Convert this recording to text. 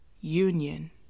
union